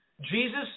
Jesus